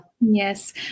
Yes